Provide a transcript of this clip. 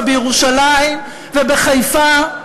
ובירושלים ובחיפה,